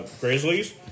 Grizzlies